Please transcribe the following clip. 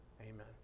Amen